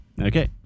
Okay